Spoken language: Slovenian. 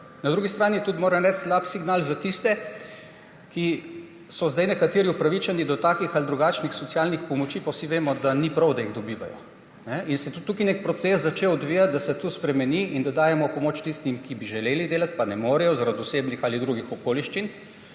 Na drugi strani je tudi, moram reči, slab signal za tiste, ki so zdaj, nekateri, upravičeni do takih ali drugačnih socialnih pomoči, pa vsi vemo, da ni prav, da jih dobivajo. Tudi tukaj se je začel odvijati nek proces, da se to spremeni in da dajemo pomoč tistim, ki bi želeli delati, pa ne morejo zaradi osebnih ali drugih okoliščin,